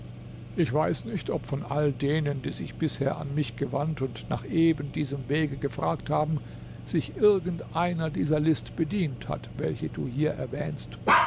ich weiß nicht ob von allen denen die sich bisher an mich gewandt und nach eben diesem wege gefragt haben sich irgend einer dieser list bedient hat welche du hier erwähnst